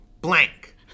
blank